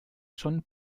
schon